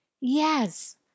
yes